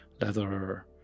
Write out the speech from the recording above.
leather